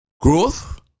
Growth